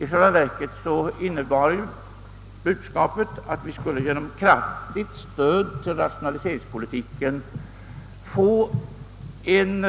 I själva verket innebar budskapet, att vi genom kraftigt stöd till rationaliseringspolitiken skulle skapa en